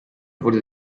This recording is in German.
wurde